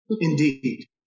Indeed